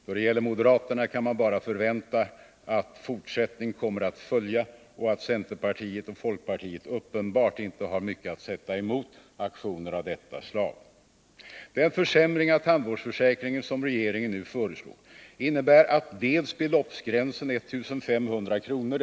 Då det gäller moderaterna kan man bara förvänta att fortsättning kommer att följa och att centerpartiet och folkpartiet uppenbarligen inte har mycket att sätta emot aktioner av detta slag. Den försämring av tandvårdsförsäkringen som regeringen nu föreslår innebär dels att beloppsgränsen 1 500 kr.